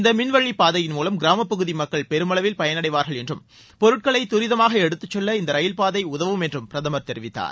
இந்த மின்வழி பாதையின் மூலம் கிராமப்பகுதி மக்கள் பெருமளவில் பயனடைவார்கள் என்றும் பொருட்களை தரிதமாக எடுத்துச்செல்ல இந்த ரயில்பாதை உதவும் என்றும் பிரதமர் தெரிவித்தார்